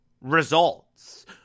results